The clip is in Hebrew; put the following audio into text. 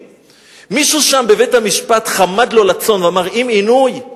מישהו שם בבית-המשפט חמד לו לצון ואמר: אם עינוי,